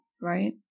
right